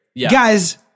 Guys